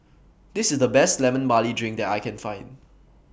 This IS The Best Lemon Barley Drink that I Can Find